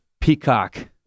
Peacock